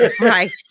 right